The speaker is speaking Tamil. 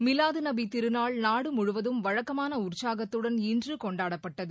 மிலாது நபி திருநாள் நாடு முழுவதும் வழக்கமான உற்சாகத்துடன் இன்று கொண்டாடப்பட்டது